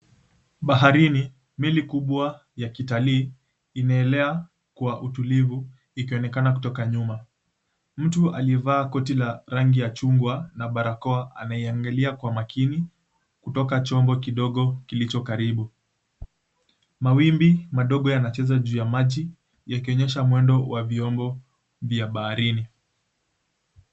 Ni bahari, meli kubwa ya kitalii imeelea kwa utulivu ikionekana toka nyuma mtu aliyevaa koti la rangi ya chungwa na barakoa anaiangalia kwa makini kutoka chombo kidogo kilicho karibu mawimbi madogo yanacheza juu ya maji yakionyesha mwendo wa vyombo vya baharini.